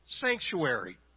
sanctuary